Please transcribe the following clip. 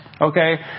okay